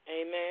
Amen